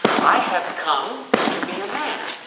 i have come to be a man,